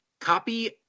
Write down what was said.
copy